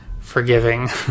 forgiving